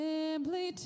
Simply